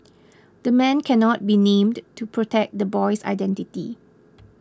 the man cannot be named to protect the boy's identity